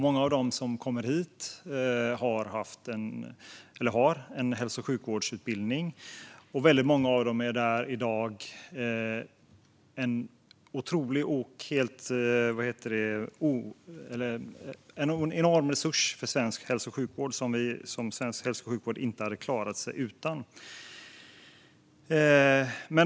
Många av dem som kommer hit har en hälso och sjukvårdsutbildning, och väldigt många av dem är i dag en enorm resurs för svensk hälso och sjukvård som den inte hade klarat sig utan.